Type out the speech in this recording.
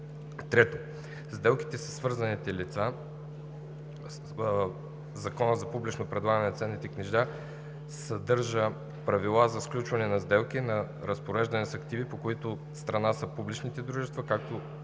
3. Сделки със свързани лица. Законът за публичното предлагане на ценни книжа съдържа правилата за сключване на сделки на разпореждане с активи, по които страна са публични дружества, като